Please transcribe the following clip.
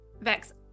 Vex